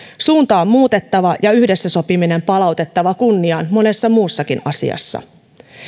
suunta on muutettava ja yhdessä sopiminen palautettava kunniaan monessa muussakin asiassa